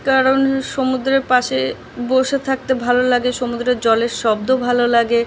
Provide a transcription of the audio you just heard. কারণ সমুদ্রের পাশে বসে থাকতে ভালো লাগে সমুদ্রের জলের শব্দ ভালো লাগে